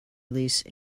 release